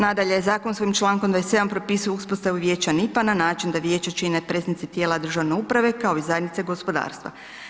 Nadalje, zakonskim čl. 27. propisuju uspostavu Vijeća NIPP-a na način da vijeće čine predstavnici tijela državne uprave kao i zajednice gospodarstva.